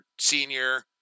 senior